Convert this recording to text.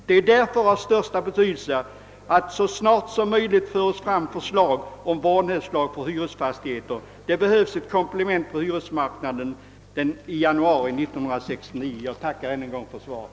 Det är av största betydelse att ett förslag om vanhävdslag för hyresfastigheter snarast framläggs. En sådan lag behövs som ett komplement på hyresmarknaden i januari 1969. Jag tackar än en gång för svaret.